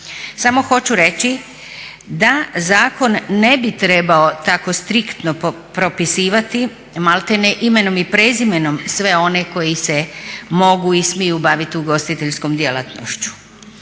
Samo hoću reći da zakon ne bi trebao tako striktno propisivati malterne imenom i prezimenom sve one koji se mogu i smiju baviti ugostiteljskom djelatnošću.